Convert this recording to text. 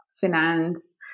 finance